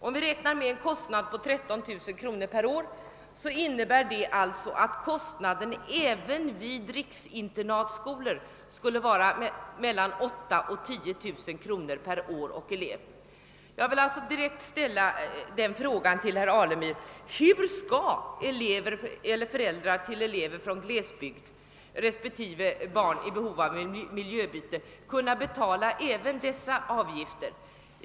Om vi räknar med en kostnad för eleverna på 13 000 kronor per år, innebär det alltså att kostnaden även vid riksinternatskolor skulle bli mellan 8 000 och 10 000 kronor per år och elev. Jag vill direkt ställa den frågan till herr Alemyr: Hur skall föräldrar till elever från glesbygder respektive till barn som är i behov av miljöbyte kunna betala så pass höga avgifter?